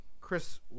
Chris